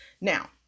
Now